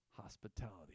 hospitality